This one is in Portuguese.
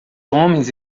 homens